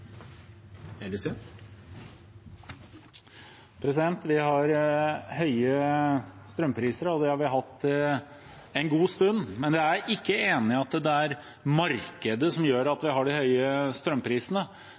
derfra. Vi har høye strømpriser, og det har vi hatt en god stund, men jeg er ikke enig i at det er markedet som gjør at vi har de høye strømprisene.